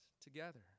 together